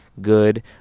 good